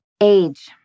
Age